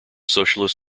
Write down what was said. socialist